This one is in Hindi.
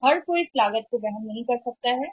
इसलिए हर कोई उस लागत को वहन नहीं कर सकता है